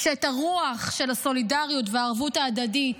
שאת הרוח של הסולידריות והערבות ההדדית